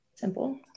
Simple